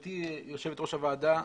גברתי יושבת ראש הוועדה,